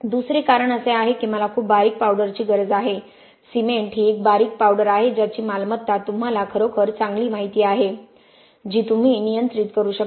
दुसरे कारण असे आहे की मला खूप बारीक पावडरची गरज आहे सिमेंट ही एक बारीक पावडर आहे ज्याची मालमत्ता तुम्हाला खरोखर चांगली माहिती आहे जी तुम्ही नियंत्रित करू शकता